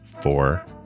four